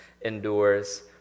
endures